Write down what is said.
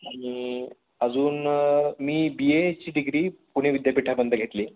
आणि अजून मी बी एची डिग्री पुणे विद्यापीठामधून घेतली